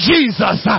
Jesus